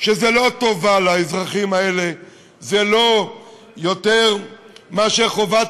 שזו לא טובה לאזרחים האלה אלא זו לא יותר מאשר חובת